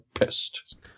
pissed